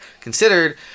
considered